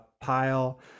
pile